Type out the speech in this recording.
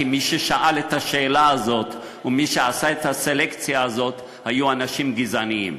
כי מי ששאל את השאלה הזאת ומי שעשה את הסלקציה הזאת היו אנשים גזעניים